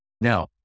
Now